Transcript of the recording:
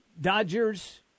Dodgers